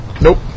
Nope